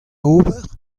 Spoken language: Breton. ober